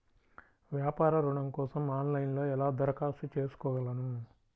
వ్యాపార ఋణం కోసం ఆన్లైన్లో ఎలా దరఖాస్తు చేసుకోగలను?